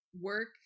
work